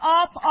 up